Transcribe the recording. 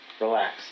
relax